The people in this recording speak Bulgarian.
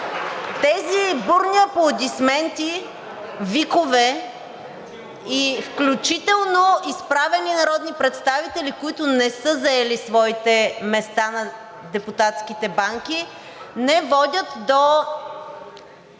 тези бурни аплодисменти, викове и включително изправени народни представители, които не са заели своите места на депутатските банки, не водят до